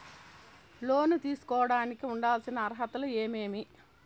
లోను తీసుకోడానికి ఉండాల్సిన అర్హతలు ఏమేమి?